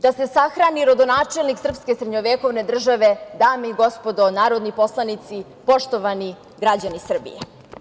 Da se sahrani rodonačelnik srpske srednjevekovne države, dame i gospodo narodni poslanici, poštovani građani Srbije.